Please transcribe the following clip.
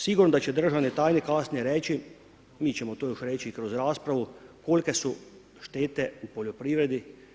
Sigurno da će državni tajnik kasnije reći, mi ćemo još to reći kroz raspravu kolike su štete u poljoprivredi.